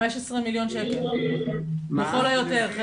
15 מיליון שקל לכל היותר.